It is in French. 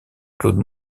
claude